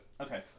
Okay